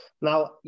Now